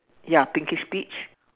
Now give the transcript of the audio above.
ya pinkish peach